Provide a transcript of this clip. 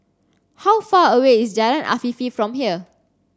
how far away is Jalan Afifi from here